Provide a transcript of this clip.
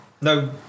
No